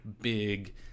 big